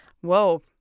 Whoa